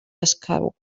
escau